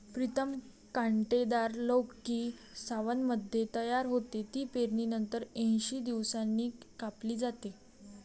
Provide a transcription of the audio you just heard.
प्रीतम कांटेदार लौकी सावनमध्ये तयार होते, ती पेरणीनंतर ऐंशी दिवसांनी कापली जाते